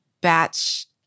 batch